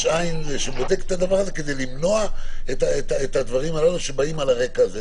יש עין שבודקת את הדבר הזה כדי למנוע את הדברים הללו שבאים על הרקע הזה.